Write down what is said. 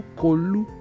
kolu